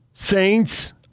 Saints